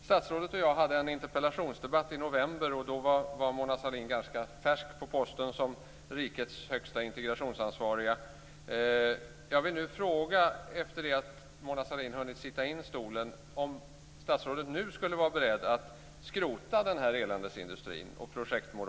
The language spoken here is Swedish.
Statsrådet och jag förde en interpellationsdebatt i november. Då var Mona Sahlin ganska färsk på posten som rikets högsta integrationsansvariga. Jag vill nu efter det att Mona Sahlin hunnit sitta in sin stol fråga om statsrådet nu skulle vara beredd att skrota denna eländesindustri och detta projektmoras.